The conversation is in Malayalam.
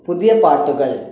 പുതിയ പാട്ടുകള്